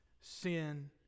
sin